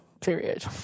period